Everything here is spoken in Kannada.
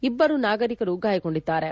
ಇಬ್ಬರು ನಾಗರಿಕರು ಗಾಯಗೊಂಡಿದ್ದಾರೆ